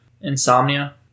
insomnia